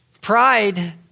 pride